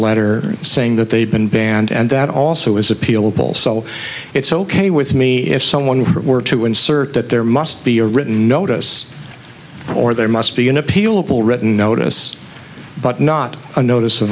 letter saying that they've been banned and that also is appealable so it's ok with me if someone were to insert that there must be a written notice or there must be an appealable written notice but not a notice